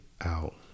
out